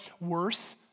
worse